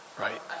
Right